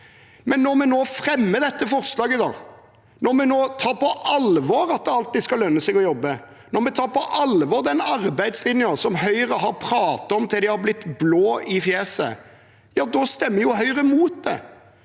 Når vi nå fremmer dette forslaget, når vi nå tar på alvor at det alltid skal lønne seg å jobbe, når vi tar på alvor den arbeidslinja som Høyre har pratet om til de har blitt blå i fjeset, stemmer Høyre mot det.